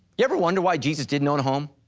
ever wonder why jesus didn't own a home.